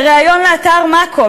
בריאיון לאתר "מאקו",